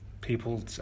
people